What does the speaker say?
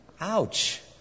Ouch